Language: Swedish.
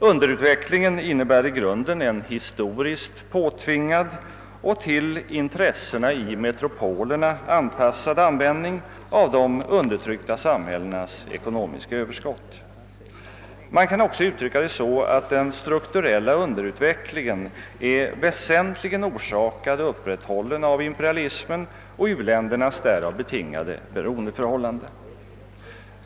Underutvecklingen innebär i grunden en historiskt påtvingad och till intressena i metropolerna anpassad användning av de undertryckta samhällenas ekonomiska överskott. Man kan också uttrycka det så att den strukturella underutvecklingen väsentligen är orsakad och upprätthållen av imperialismen och u-ländernas därav betingade beroendeförhållande.